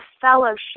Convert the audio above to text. fellowship